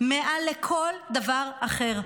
מעל כל דבר אחר.